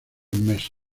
meses